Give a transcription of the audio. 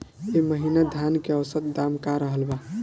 एह महीना धान के औसत दाम का रहल बा?